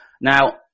Now